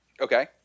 Okay